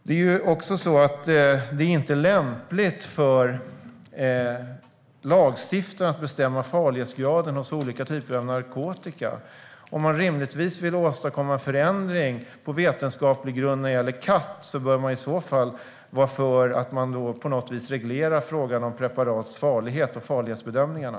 Det är inte heller lämpligt för lagstiftaren att bestämma farlighetsgraden hos olika typer av narkotika. Om man vill åstadkomma förändring på vetenskaplig grund när det gäller kat bör man rimligtvis i så fall vara för något slags reglering av frågan om preparats farlighet och farlighetsbedömningarna.